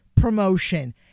promotion